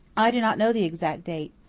i do not know the exact date.